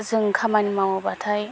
जों खामानि मावोबाथाय